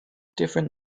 different